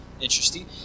Interesting